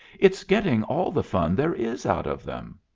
it's getting all the fun there is out of them.